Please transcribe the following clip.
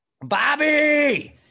Bobby